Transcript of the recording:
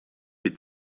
est